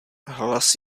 hlas